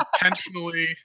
intentionally